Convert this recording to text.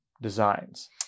designs